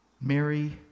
Mary